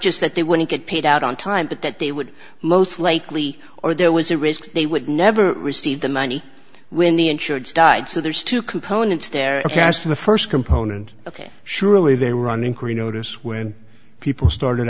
just that they wouldn't get paid out on time but that they would most likely or there was a risk they would never receive the money when the insurance died so there's two components there cast for the first component of it surely they were an increase notice when people started